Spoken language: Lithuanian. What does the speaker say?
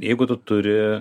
jeigu tu turi